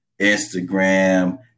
Instagram